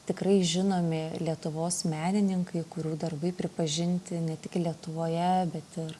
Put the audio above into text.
tikrai žinomi lietuvos menininkai kurių darbai pripažinti ne tik lietuvoje bet ir